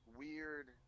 weird